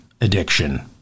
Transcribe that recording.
addiction